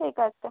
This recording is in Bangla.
ঠিক আছে